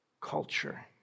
culture